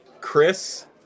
Chris